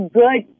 good